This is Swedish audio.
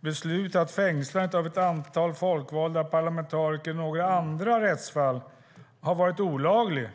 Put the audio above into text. beslutat att fängslandet av ett antal folkvalda parlamentariker i några andra rättsfall var olagligt.